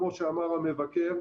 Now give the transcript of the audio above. כמו שאמר המבקר,